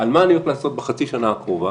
על מה אני הולך לעשות בחצי שנה הקרובה,